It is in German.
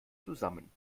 zusammen